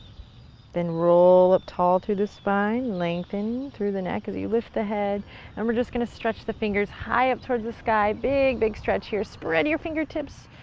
then roll up tall through the spine. lengthen through the neck as you lift the head and we're just going to stretch the fingers high up towards the sky, big, big stretch here, spread your fingertips,